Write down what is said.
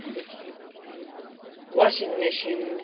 त्यहाँदेखि fridge washing machine